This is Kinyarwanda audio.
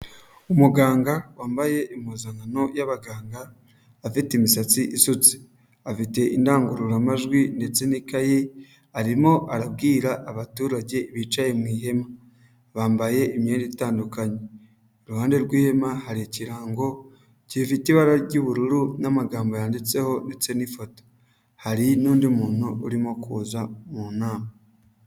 Umuganga wambaye impuzankano y'abaganga afite imisatsi isutse ,afite indangururamajwi ndetse n'ikayi arimo arabwira abaturage bicaye mu ihema ,bambaye imyenda itandukanye iruhande rw'ihema hari ikirango gifite ibara ry'ubururu n'amagambo yanditseho ndetse ndetse n'ifoto ,hari n'undi muntu urimo kuza mu inama.